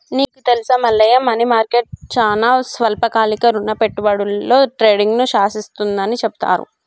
నీకు తెలుసా Mallayya money market చానా స్వల్పకాలిక రుణ పెట్టుబడులలో ట్రేడింగ్ను శాసిస్తుందని చెబుతారు